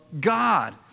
God